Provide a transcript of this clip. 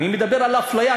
אני מדבר על אפליה.